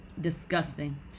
Disgusting